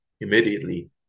immediately